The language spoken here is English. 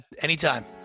Anytime